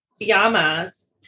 Yamas